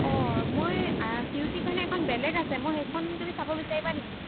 অঁ মই চিউইটিৰ কাৰণে এখন বেলেগ আছে মই সেইখন তুমি চাব বিচাৰিবা নেকি